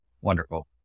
Wonderful